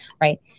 right